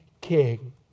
king